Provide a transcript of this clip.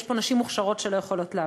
יש פה נשים מוכשרות שלא יכולות לעבוד,